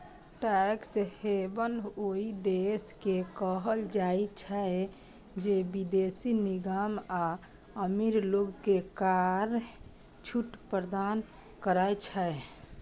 tax haven ओइ देश के कहल जाइ छै, जे विदेशी निगम आ अमीर लोग कें कर छूट प्रदान करै छै